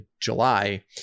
july